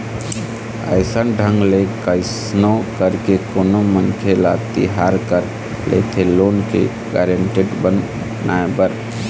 अइसन ढंग ले कइसनो करके कोनो मनखे ल तियार कर लेथे लोन के गारेंटर बनाए बर